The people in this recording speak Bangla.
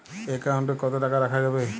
একাউন্ট কত টাকা রাখা যাবে?